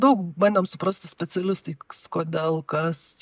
daug bandėm suprast su specialistais kodėl kas